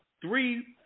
three